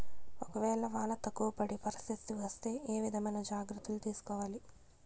ఒక వేళ వాన తక్కువ పడే పరిస్థితి వస్తే ఏ విధమైన జాగ్రత్తలు తీసుకోవాలి?